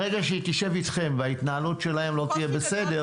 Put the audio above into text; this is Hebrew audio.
ברגע שהיא תשב אתכם וההתנהלות שלהם לא תהיה בסדר,